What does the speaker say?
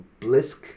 Blisk